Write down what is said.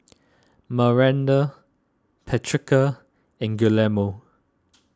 Maranda Patrica and Guillermo